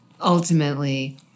ultimately